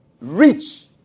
rich